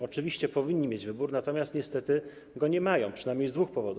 Oczywiście powinni mieć wybór, natomiast niestety go nie mają, przynajmniej z dwóch powodów.